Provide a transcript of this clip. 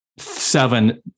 Seven